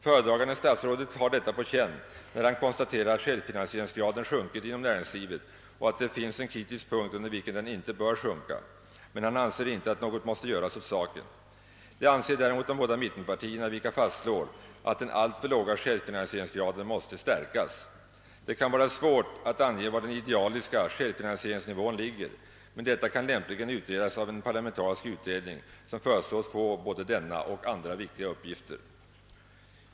Föredragande statsrådet har detta på känn, när han konstaterar att självfinansieringsgraden sjunkit inom näringslivet och att det finns en kritisk punkt under vilken den icke bör sgjun ka, men han anser inte att något måste göras åt saken. Det anser däremot de båda mittenpartierna, vilka fastslår att den alltför låga självfinansieringsgraden måste stärkas. Det kan vara svårt att ange var den idealiska självfinansieringsnivån ligger, men detta kan lämpligen utredas av en parlamentarisk utredning, som föreslås få både denna och andra viktiga uppgifter.